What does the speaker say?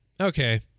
Okay